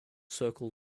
circle